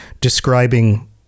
describing